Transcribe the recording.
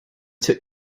took